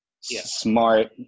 smart